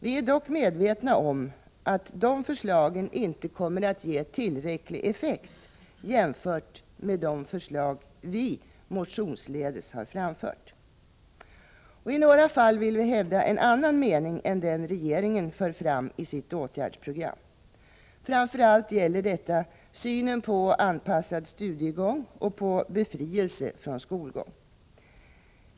Vi är dock medvetna om att dessa förslag inte kommer att ge tillräcklig effekt jämfört med de förslag vi motionsledes har väckt. I några fall vill vi hävda en annan mening än den regeringen för fram i sitt åtgärdspro gram. Framför allt gäller detta synen på anpassad studiegång och på befrielse från skolgång.